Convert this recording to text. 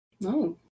No